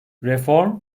reform